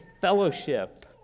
fellowship